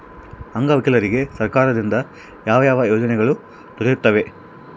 ಅಂಗವಿಕಲರಿಗೆ ಸರ್ಕಾರದಿಂದ ಯಾವ ಯಾವ ಯೋಜನೆಗಳು ದೊರೆಯುತ್ತವೆ?